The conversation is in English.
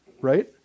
right